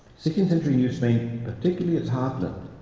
sixteenth century new spain, particularly its heartland,